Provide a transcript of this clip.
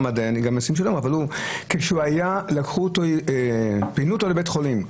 אבל כשהוא היה ופינו אותו לבית החולים,